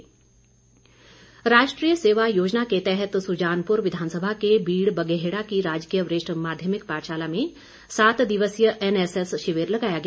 धुमल राष्ट्रीय सेवा योजना के तहत सुजानपुर विधानसभा के बीड़ बगेहड़ा की राजकीय वरिष्ठ माध्यमिक पाठशाला में सात दिवसीय एनएसएस शिविर लगाया गया